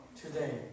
today